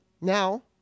now